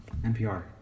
NPR